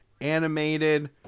animated